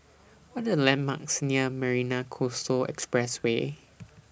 What Are The landmarks near Marina Coastal Expressway